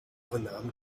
vernahmen